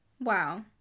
Wow